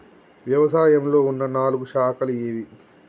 వ్యవసాయంలో ఉన్న నాలుగు శాఖలు ఏవి?